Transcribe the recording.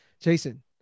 Jason